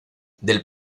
del